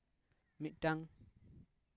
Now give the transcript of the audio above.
ᱢᱤᱫᱴᱟᱱ